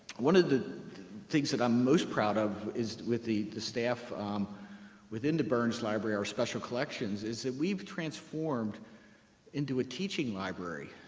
one of the things that i'm most proud of is with the the staff within the burns library, our special collections, is that we've transformed into a teaching library,